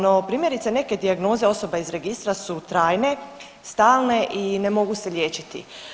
No, primjerice neke dijagnoze osoba iz registra su trajne, stalne i ne mogu se liječiti.